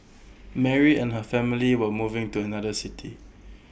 Mary and her family were moving to another city